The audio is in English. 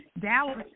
Dallas